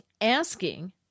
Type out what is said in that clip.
asking